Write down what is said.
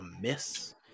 miss